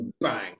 bang